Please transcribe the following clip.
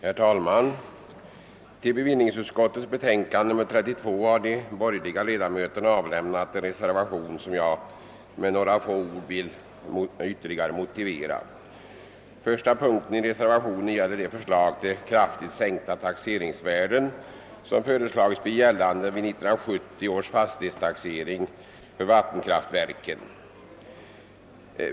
Herr talman! Till bevillningsutskottets betänkande nr 32 har de borgerliga ledamöterna avlämnat en reservation som jag med några få ord vill vtterligare motivera. Den första punkten i reservationen gäller det förslag till kraftigt sänkta taxeringsvärden som «<föreslagits bli gällande i 1970 års fastighetstaxering för vattenkraftverken.